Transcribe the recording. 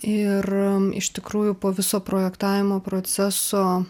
ir iš tikrųjų po viso projektavimo proceso